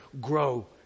grow